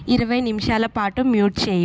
ఇరవై నిముషాల పాటు మ్యూట్ చేయి